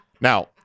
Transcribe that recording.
Now